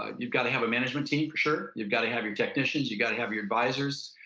ah you've got to have a management team for sure. you've got to have your technicians, you've got to have your advisors.